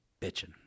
bitching